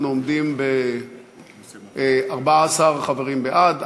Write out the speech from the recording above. אנחנו עומדים ב-14 חברים בעד,